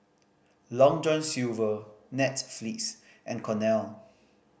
Long John Silver Netflix and Cornell